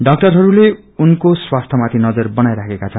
डाक्टरहस्ले उनको स्वास्थ्य माथि नजर बनाईराखेका छन्